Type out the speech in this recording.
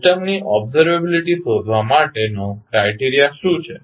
સિસ્ટમની ઓબ્ઝર્વેબીલીટી શોધવા માટેનો ક્રાઇટેરીઆ શું છે